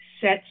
sets